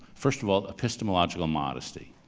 first of all, epistemological modesty,